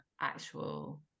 actual